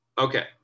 Okay